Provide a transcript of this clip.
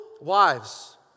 Wives